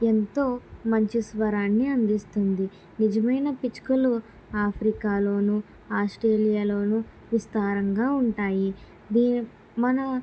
ఎంతో మంచి స్వరాన్ని అందిస్తుంది నిజమైన పిచ్చుకలు ఆఫ్రికాలోను ఆస్ట్రేలియాలోను విస్తారంగా ఉంటాయి దీని మన